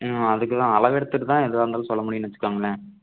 ம் அதுக்குதான் அளவு எடுத்துட்டுதான் எதுவாக இருந்தாலும் சொல்ல முடியுன்னு வச்சுக்கோங்களேன்